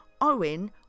Owen